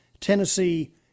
Tennessee